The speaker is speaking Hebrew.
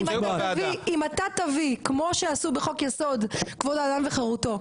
אם אתה תביא כמו שעשו בחוק יסוד כבוד האדם וחרותו,